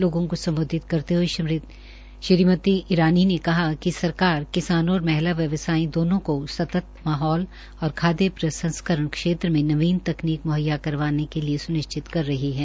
लोगों को सम्बोधित करते हये श्रीमती ईरानी ने कहा कि सरकार किसानों और महिला व्यवसायीयों दोनों को सतत माहौल और खाद्य प्रसंस्करण क्षेत्र में नवीन तकनीक म्हैया करवाना सुनिश्चित कर रही है